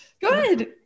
Good